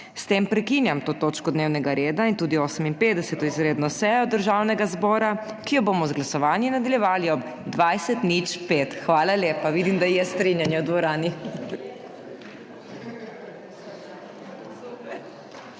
S tem prekinjam to točko dnevnega reda in tudi 58. izredno sejo Državnega zbora, ki jo bomo z glasovanji nadaljevali ob 20.05. Hvala lepa. Vidim, da je strinjanje v dvorani.